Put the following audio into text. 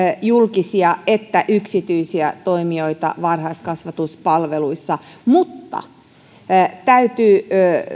julkisia että yksityisiä toimijoita varhaiskasvatuspalveluissa mutta minun mielestäni täytyy